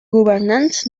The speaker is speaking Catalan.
governants